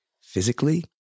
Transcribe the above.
physically